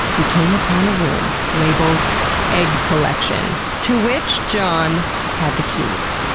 we came upon a room labelled egg collection, to which john had the keys.